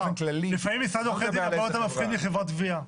לפעמים משרד עורכי דין הרבה יותר מפחיד מחברת גבייה.